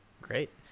Great